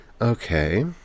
Okay